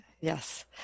Yes